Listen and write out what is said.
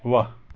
वाह